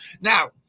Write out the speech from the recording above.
Now